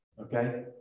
okay